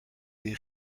des